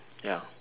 ya